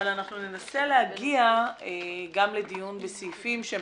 אבל אנחנו ננסה להגיע גם לדיון בסעיפים שהם